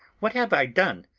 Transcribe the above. what have i done?